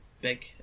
big